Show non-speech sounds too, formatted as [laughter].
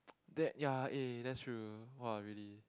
[noise] that ya eh that's true !wah! really